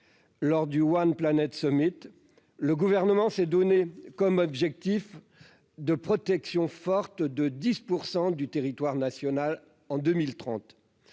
lors du One Planet Summit, le gouvernement s'est donné comme objectif de protection forte de 10 pour 100 du territoire national en 2030,